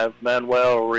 Manuel